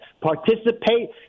participate